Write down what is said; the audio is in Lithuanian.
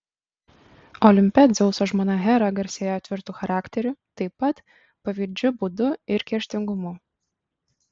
olimpe dzeuso žmona hera garsėjo tvirtu charakteriu taip pat pavydžiu būdu ir kerštingumu